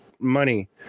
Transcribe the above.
money